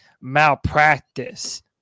malpractice